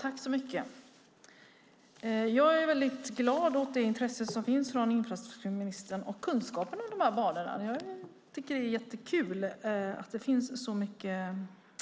Fru talman! Jag är glad för det intresse som finns från infrastrukturministern, liksom kunskapen om dessa banor. Det är jättekul att det finns så mycket